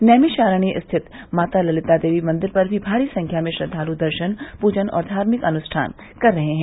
नैमिषारण्य स्थित माता ललिता देवी मंदिर पर भी भारी संख्या में श्रद्वालु दर्शन पूजन और धार्मिक अनुष्ठान कर रहे है